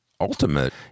ultimate